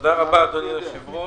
תודה רבה אדוני היושב ראש.